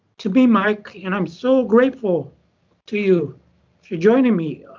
to be mike, and i'm so grateful to you for joining me.